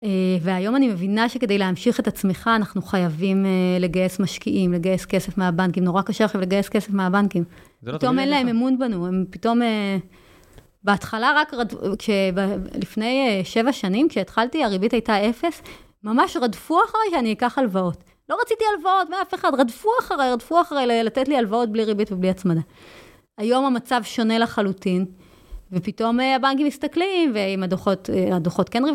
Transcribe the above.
והיום אני מבינה שכדי להמשיך את הצמיחה אנחנו חייבים לגייס משקיעים, לגייס כסף מהבנקים, נורא קשה עכשיו לגייס כסף מהבנקים. פתאום אין להם אמון בנו, הם פתאום... בהתחלה רק, לפני שבע שנים כשהתחלתי הריבית הייתה אפס, ממש רדפו אחרי שאני אקח הלוואות. לא רציתי הלוואות, מה אף אחד, רדפו אחרי, רדפו אחרי לתת לי הלוואות בלי ריבית ובלי הצמדה. היום המצב שונה לחלוטין, ופתאום הבנקים מסתכלים, והדוחות כן רווחיות.